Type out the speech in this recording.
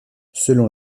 selon